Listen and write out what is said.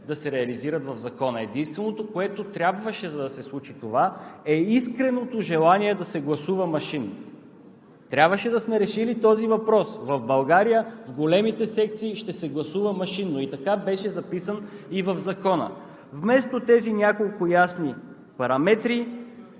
да се реализират в Закона. Единственото, което трябваше, за да се случи това, е искреното желание да се гласува машинно! Трябваше да сме решили този въпрос – в България в големите секции ще се гласува машинно, и така беше записан в Закона. Вместо тези няколко ясни параметри,